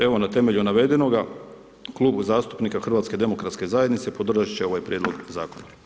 Evo, na temelju navedenoga, klub zastupnika HDZ-a podržati će ovaj prijedlog Zakona.